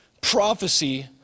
prophecy